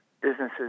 businesses